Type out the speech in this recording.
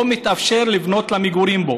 לא מתאפשר לבנות בו למגורים.